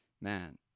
man